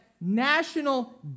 national